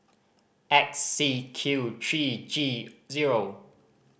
X C Q three G zero